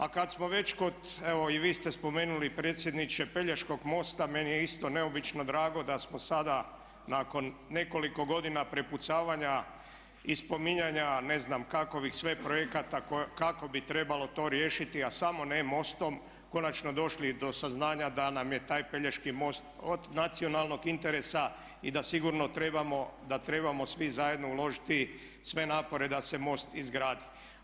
A kada smo već kod, evo i vi ste spomenuli predsjedniče, Pelješkog mosta, meni je isto neobično drago da smo sada nakon nekoliko godina prepucavanja i spominjanja ne znam kakvih sve projekata kako bi trebalo to riješiti a samo ne mostom, konačno došli do saznanja da nam je taj Pelješki most od nacionalnog interesa i da sigurno trebamo, da trebamo svi zajedno uložiti sve napore da se most izgradi.